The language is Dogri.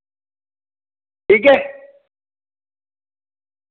ठीक ऐ